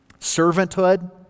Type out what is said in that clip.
servanthood